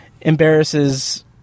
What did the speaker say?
embarrasses